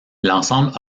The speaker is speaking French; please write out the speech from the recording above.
l’ensemble